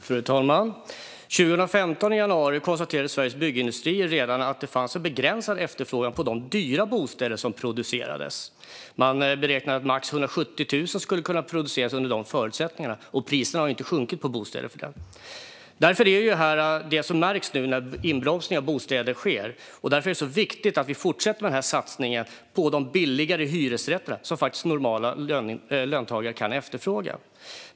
Fru talman! Redan i januari 2015 konstaterade Sveriges Byggindustrier att det fanns begränsad efterfrågan på de dyra bostäder som producerades. Man beräknade att max 170 000 skulle kunna produceras under de förutsättningarna - och priserna har ju inte sjunkit på bostäder. Det här märks nu när inbromsningen på bostadsmarknaden sker, och därför är det viktigt att vi fortsätter med satsningen på billigare hyresrätter som normala löntagare faktiskt kan efterfråga.